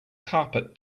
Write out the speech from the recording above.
carpet